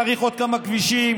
צריך עוד כמה כבישים.